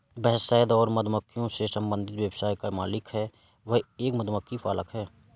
वह शहद और मधुमक्खियों से संबंधित व्यवसाय का मालिक है, वह एक मधुमक्खी पालक है